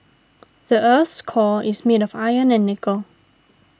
the earth's core is made of iron and nickel